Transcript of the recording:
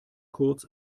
kurz